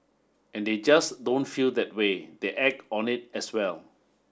and they just don't feel that way they act on it as well